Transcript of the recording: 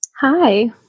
Hi